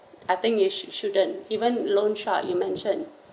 I think you should shouldn't even loan shark you mentioned